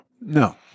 No